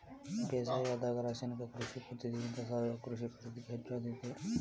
ಬೇಸಾಯದಾಗ ರಾಸಾಯನಿಕ ಕೃಷಿ ಪದ್ಧತಿಗಿಂತ ಸಾವಯವ ಕೃಷಿ ಪದ್ಧತಿಗೆ ಹೆಚ್ಚು ಆದ್ಯತೆ